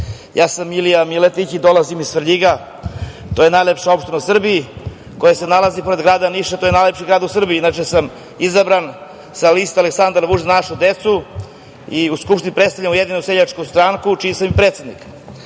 ja sam Milija Miletić i dolazim iz Svrljiga. To je najlepša opština u Srbiji koja se nalazi pored grada Niša. To je najlepši grad u Srbiji. Inače, izabran sam sa liste Aleksandar Vučić – Za našu decu i u Skupštini predstavljam Ujedinjenu seljačku stranku, čiji sam i predsednik. Ja